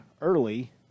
early